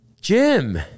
Jim